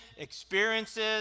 Experiences